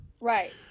Right